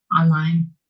online